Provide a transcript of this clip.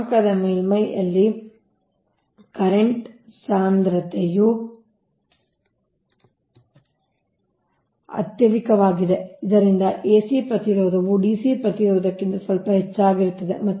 ವಾಹಕದ ಮೇಲ್ಮೈಯಲ್ಲಿ ಕರೆಂಟ್ ಸಾಂದ್ರತೆಯು ಅತ್ಯಧಿಕವಾಗಿದೆ ಇದರಿಂದಾಗಿ ಎಸಿ ಪ್ರತಿರೋಧವು DC ಪ್ರತಿರೋಧಕ್ಕಿಂತ ಸ್ವಲ್ಪ ಹೆಚ್ಚಾಗಿರುತ್ತದೆ